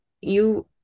you-